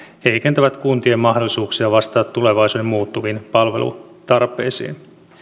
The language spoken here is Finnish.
heikentävät kuntien mahdollisuuksia vastata tulevaisuuden muuttuviin palvelutarpeisiin